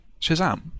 Shazam